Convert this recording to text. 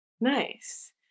Nice